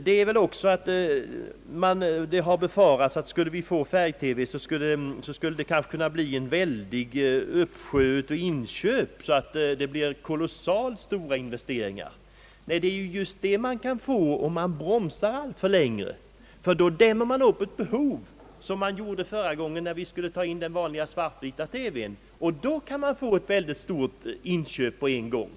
Det har befarats att om vi skulle få färg-TV, skulle det bli en uppsjö av inköp, så att det blev kolossalt stora investeringar. Tvärtom, det blir stora investeringar om man bromsar alltför länge, ty då dämmer man upp ett behov som man gjorde förra gången, när vi skulle börja med den vanliga svart-vita televisionen. Då kan det bli mycket stora inköp på en gång.